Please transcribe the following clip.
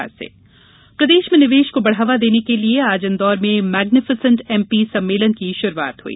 magnificent MP प्रदेश में निवेश को बढ़ावा देने के लिए आज इन्दौर में मैग्नीफिसेंट एमपी सम्मेलन की शुरूआत हुई